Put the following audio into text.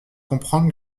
comprendre